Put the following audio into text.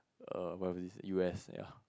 err where was this U_S ya